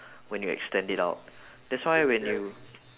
when you extend it out that's why when you